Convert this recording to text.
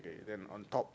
then on top